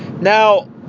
Now